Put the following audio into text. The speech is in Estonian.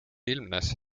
ilmnes